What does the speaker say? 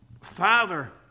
father